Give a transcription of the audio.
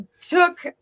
took